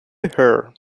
her